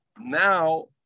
Now